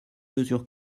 mesure